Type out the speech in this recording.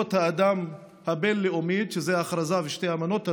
זכויות האדם הבין-לאומית" ההכרזה ושתי האמנות הללו,